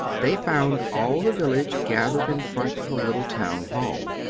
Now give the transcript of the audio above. they found all the village gathered in front of the little town-hall.